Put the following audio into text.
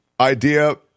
Idea